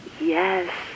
Yes